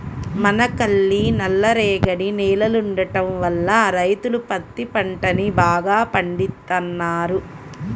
మనకల్లి నల్లరేగడి నేలలుండటం వల్ల రైతులు పత్తి పంటని బాగా పండిత్తన్నారు